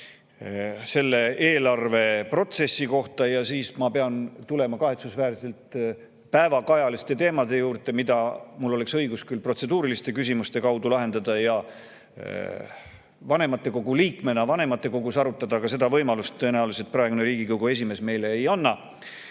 selle eelarveprotsessi kohta ja siis ma pean kahetsusväärselt tulema päevakajaliste teemade juurde. Mul oleks õigus neid küll protseduuriliste küsimuste kaudu lahendada ja vanematekogu liikmena vanematekogus arutada, aga seda võimalust praegune Riigikogu esimees meile